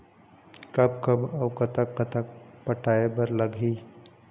कब कब अऊ कतक कतक पटाए बर लगही